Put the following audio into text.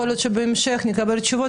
יכול להיות שבהמשך נקבל תשובות,